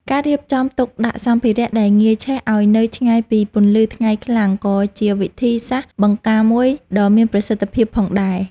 ការរៀបចំទុកដាក់សម្ភារៈដែលងាយឆេះឱ្យនៅឆ្ងាយពីពន្លឺថ្ងៃខ្លាំងក៏ជាវិធីសាស្ត្របង្ការមួយដ៏មានប្រសិទ្ធភាពផងដែរ។